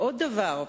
עוד דבר.